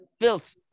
filth